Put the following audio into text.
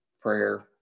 prayer